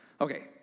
Okay